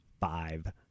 five